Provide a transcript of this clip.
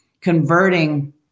converting